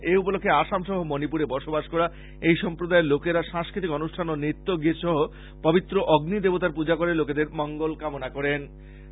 এ উপলক্ষে আসাম সহ মনিপুরে বসবাসকরা এই সম্প্রদায়ের লোকরা সাংস্কৃতিক অনুষ্ঠান ও নৃত্যগীত সহ পবিত্র অগ্নি দেবতার পূজা করে লোকেদের মঙ্গল কামনা করেন